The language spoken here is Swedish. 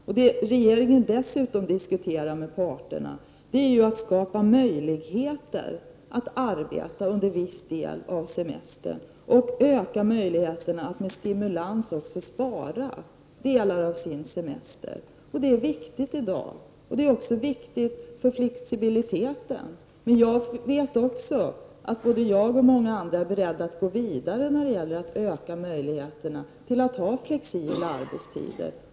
Vad regeringen dessutom diskuterar med parterna är hur man skall kunna skapa möjligheter för människor att arbeta under viss del av semestern och hur man skall kunna öka möjligheterna att stimulera människor till att spara delar av sin semester. Detta är viktigt i dag, och det är också viktigt för flexibiliteten. Jag, liksom många andra, är dessutom beredd att gå vidare när det gäller att öka möjligheterna att ha flexibla arbetstider.